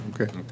Okay